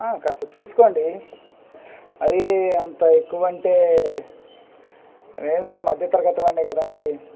కాస్త చూసుకోండి మరీ అంత ఎక్కువ అంటే నేను కూడా మధ్యతరగతి వాడినే కదండీ